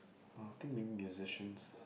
ah I think being musicians